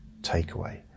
takeaway